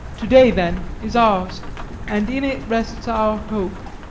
to-day, then, is ours and in it rests our hope.